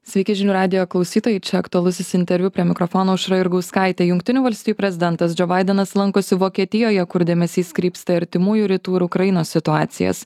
sveiki žinių radijo klausytojai čia aktualusis interviu prie mikrofono aušra jurgauskaitė jungtinių valstijų prezidentas džo baidenas lankosi vokietijoje kur dėmesys krypsta į artimųjų rytų ir ukrainos situacijas